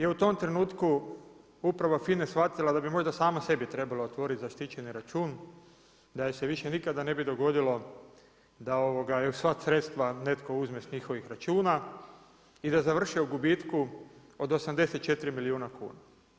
Ne znam da li je u tom trenutku uprava FINA-e shvatila da bi možda sama sebi trebala otvoriti zaštićeni račun da joj se više nikada ne bi dogodilo da joj sva sredstva netko uzme s njihovih računa i da završe u gubitku od 84 milijuna kuna.